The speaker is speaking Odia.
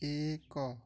ଏକ